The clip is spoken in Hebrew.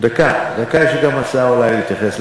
אז למה באת להשיב?